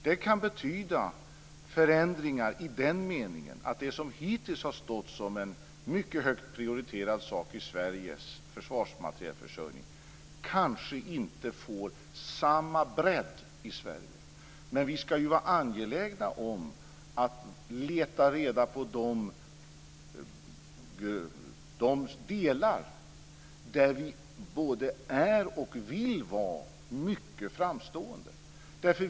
Det kan betyda förändringar i den meningen att det som hittills har stått som en mycket högt prioriterad sak i Sveriges försvarsmaterielförsörjning kanske inte får samma bredd. Men vi ska vara angelägna om att leta reda på de delar där vi både är och vill vara mycket framstående.